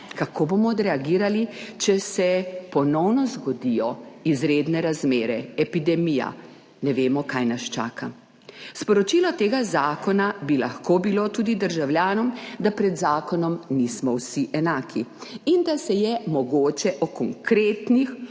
kako bomo odreagirali, če se ponovno zgodijo izredne razmere, epidemija. Ne vemo, kaj nas čaka. Sporočilo tega zakona državljanom bi lahko bilo tudi, da pred zakonom nismo vsi enaki in da se je mogoče o konkretnih